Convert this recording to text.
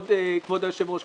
כבוד היושב ראש,